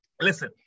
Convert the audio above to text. listen